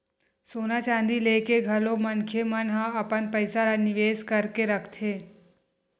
सोना चांदी लेके घलो मनखे मन ह अपन पइसा ल निवेस करके रखथे